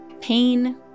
pain